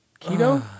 Keto